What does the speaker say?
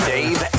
Dave